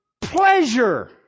pleasure